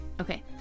Okay